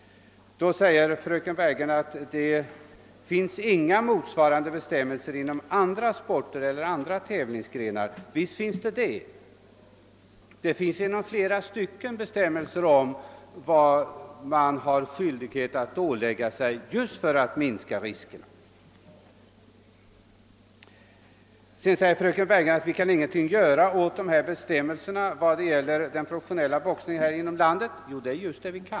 Fröken Bergegren gör gällande att det inte finns några motsvarande bestämmelser inom andra tävlingsgrenar, men visst gör det det. Inom flera idrottsgrenar finns det bestämmelser om vad man har skyldighet att iaktta för att minska riskerna. Vidare säger fröken Bergegren att vi ingenting kan göra åt bestämmelserna vad gäller den professionella boxningen här i landet. Det är just vad vi kan.